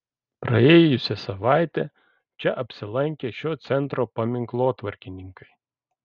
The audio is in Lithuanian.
praėjusią savaitę čia apsilankė šio centro paminklotvarkininkai